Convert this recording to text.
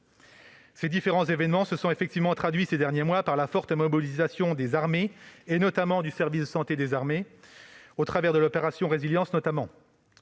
Ces différents événements se sont effectivement traduits, ces derniers mois, par une forte mobilisation des armées et notamment du service de santé des armées (SSA), au travers de l'opération Résilience.